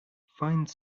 fine